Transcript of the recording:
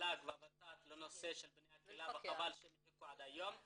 המל"ג והות"ת לנושא של בני הקהילה וחבל שהם חיכו עד היום.